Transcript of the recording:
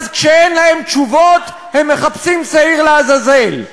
אז כשאין להם תשובות הם מחפשים שעיר לעזאזל,